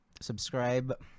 Subscribe